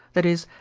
that is,